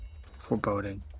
Foreboding